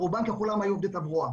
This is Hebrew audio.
רובם ככולם היו עובדי תברואה.